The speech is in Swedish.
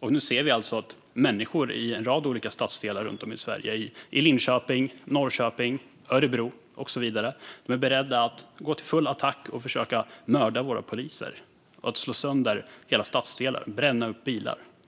Nu ser vi att människor i en rad olika stadsdelar runt om i Sverige - i Linköping, Norrköping, Örebro och så vidare - är beredda att gå till full attack och försöka mörda våra poliser, slå sönder hela stadsdelar och bränna upp bilar.